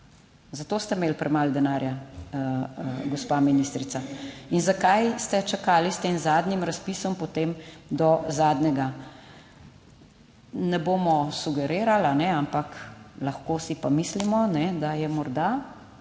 Za to ste imeli premalo denarja, gospa ministrica. In zakaj ste čakali s tem zadnjim razpisom, potem do zadnjega? Ne bomo sugerirali, ampak lahko si pa mislimo, da je morda